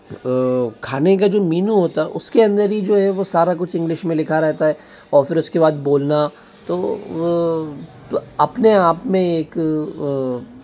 खाने का जो मीनू होता है उसके अंदर ही जो है सारा कुछ इंग्लिश में लिखा रहता है और फिर उसके बाद बोलना तो वह अपने आप में एक